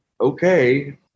okay